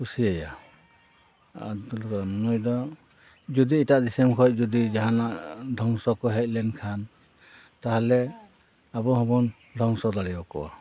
ᱠᱩᱥᱤ ᱟᱭᱟ ᱟᱵᱫᱩᱞ ᱠᱟᱞᱟᱢ ᱱᱩᱭ ᱫᱚ ᱡᱩᱫᱤᱣ ᱮᱴᱟᱜ ᱫᱤᱥᱚᱢ ᱠᱷᱚᱱ ᱡᱩᱫᱤ ᱡᱟᱦᱟᱸᱱᱟᱜ ᱫᱷᱚᱝᱥᱚ ᱠᱚ ᱦᱮᱡ ᱞᱮᱱ ᱠᱷᱟᱱ ᱛᱟᱦᱚᱞᱮ ᱟᱵᱚ ᱦᱚᱵᱚᱱ ᱫᱷᱚᱝᱥᱚ ᱫᱟᱲᱮ ᱟᱠᱚᱣᱟ